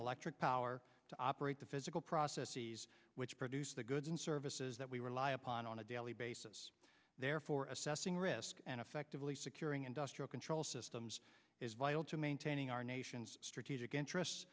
electric power to operate the physical processes which produce the goods and services that we rely upon on a daily basis therefore assessing risk and effectively securing industrial control systems is vital to maintaining our nation's strategic interests